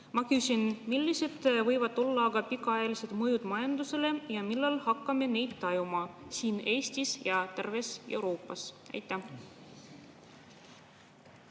Ma küsin: millised võivad olla aga pikaajalised mõjud majandusele ja millal hakkame neid tajuma siin Eestis ja terves Euroopas? Istungi